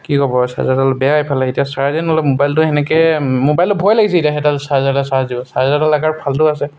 কি হ'ব চাৰ্জাৰডাল বেয়া ইফালে এতিয়া চাৰ্জে নলয় মোবাইলটো সেনেকৈ মোবাইলটো ভয় লাগিছে এতিয়া সেইডাল চাৰ্জাৰে চাৰ্জ দিব চাৰ্জাৰডাল একে ফালতু আছে